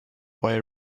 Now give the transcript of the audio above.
boy